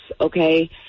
Okay